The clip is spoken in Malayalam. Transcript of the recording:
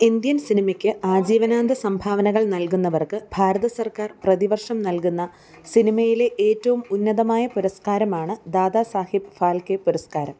ഇന്ത്യൻ സിനിമയ്ക്ക് ആജീവനാന്ത സംഭാവനകൾ നൽകുന്നവർക്ക് ഭാരത സർക്കാർ പ്രതിവർഷം നൽകുന്ന സിനിമയിലെ ഏറ്റോം ഉന്നതമായ പുരസ്കാരമാണ് ദാദാസാഹിബ് ഫാൽക്കെ പുരസ്കാരം